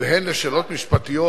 והן לשאלות משפטיות